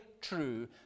true